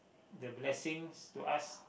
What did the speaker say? the blessings to us